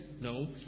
no